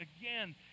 again